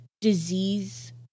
disease